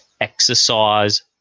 exercise